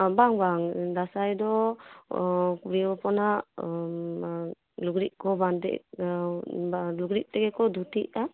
ᱵᱟᱝ ᱵᱟᱝ ᱫᱟᱸᱥᱟᱭ ᱫᱚ ᱠᱩᱲᱤ ᱦᱚᱯᱚᱱᱟᱜ ᱞᱩᱜᱽᱲᱤᱡ ᱠᱚ ᱵᱟᱸᱫᱮᱜᱼᱟ ᱟᱨ ᱞᱩᱜᱽᱲᱤᱡ ᱛᱮᱜᱮ ᱠᱚ ᱫᱷᱩᱛᱤᱜᱼᱟ